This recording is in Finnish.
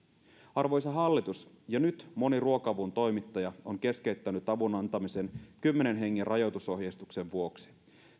arvoisa hallitus jo nyt moni ruoka avun toimittaja on keskeyttänyt avun antamisen kymmenen hengen rajoitusohjeistuksen vuoksi